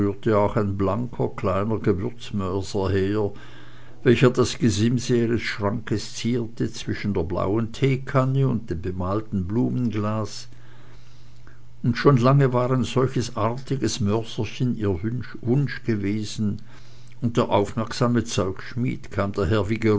ein blanker kleiner gewürzmörser her welcher das gesimse ihres schrankes zierte zwischen der blauen teekanne und dem bemalten blumenglas schon lange war ein solches artiges mörserchen ihr wunsch gewesen und der aufmerksame zeugschmied kam